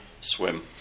swim